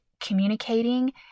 communicating